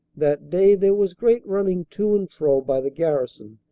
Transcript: that day there was great running to and fro by the garrison,